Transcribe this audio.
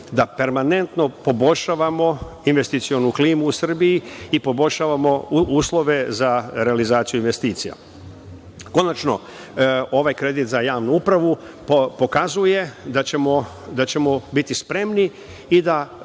da permanentno poboljšavamo investicionu klimu u Srbiji i poboljšavamo uslove za realizaciju investicija. Konačno, ovaj kredit za Javnu upravu pokazuje da ćemo biti spremni i da